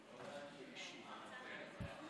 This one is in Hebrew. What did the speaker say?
בבקשה.